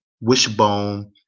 wishbone